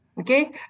Okay